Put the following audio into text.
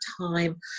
time